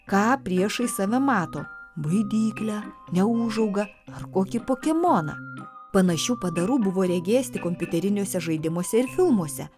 ką priešais save mato baidyklę neūžaugą ar kokį pokemoną panašių padarų buvo regėjęs tik kompiuteriniuose žaidimuose ir filmuose